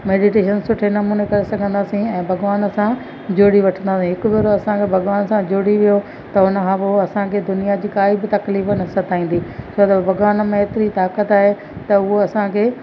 meditation सुठे नमूने करे सघंदासीं ऐं भॻिवान सां जुड़ी वठंदासीं हिकु भेरो असांजो भॻिवान सां जुड़ी वियो त उनखां पोइ असांखे दुनियां जी काई बि तकलीफ़ न सताईंदी छो त भॻिवान में एतरी ताक़त आहे त उहा असांखे